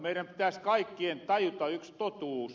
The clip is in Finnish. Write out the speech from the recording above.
meidän pitäisi kaikkien tajuta yks totuus